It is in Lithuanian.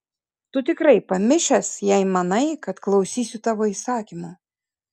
tu tikrai pamišęs jei manai kad klausysiu tavo įsakymų